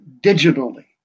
digitally